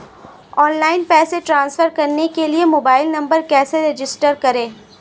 Online पैसे transfer करने के लिए मोबाइल नंबर कैसे रजिस्टर करें?